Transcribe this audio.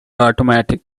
automatic